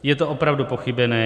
Je to opravdu pochybené.